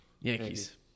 Yankees